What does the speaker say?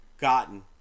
gotten